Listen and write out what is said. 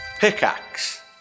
Pickaxe